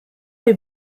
les